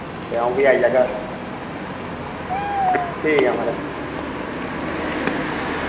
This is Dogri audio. ते अं'ऊ भी आई जाह्गा ठीक ऐ म्हाराज